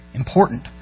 important